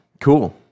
Cool